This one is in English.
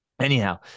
anyhow